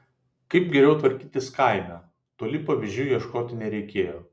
kaip geriau tvarkytis kaime toli pavyzdžių ieškoti nereikėjo